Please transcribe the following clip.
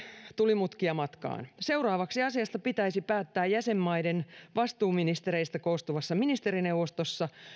tuli mutkia matkaan seuraavaksi asiasta pitäisi päättää jäsenmaiden vastuuministereistä koostuvassa ministerineuvostossa